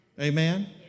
Amen